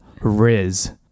Riz